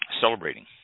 celebrating